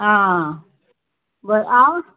आं ब आं